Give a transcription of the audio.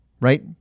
right